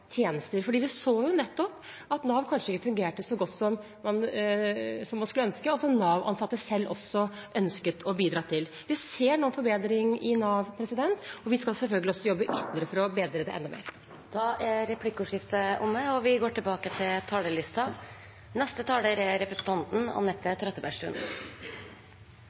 tjenester. Vi så at Nav kanskje ikke fungerte så godt som man skulle ønske, og som Nav-ansatte selv også ønsket å bidra til. Vi ser nå forbedring i Nav, og vi skal selvfølgelig også jobbe videre for å bedre det enda mer. Replikkordskiftet er omme. Statsråd Hauglie sa at små forskjeller er et mål. Hvis små forskjeller er et mål, er det underlig at vi